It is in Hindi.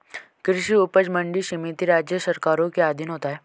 कृषि उपज मंडी समिति राज्य सरकारों के अधीन होता है